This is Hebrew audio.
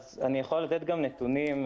אני יכול לתת גם נתונים,